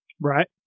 Right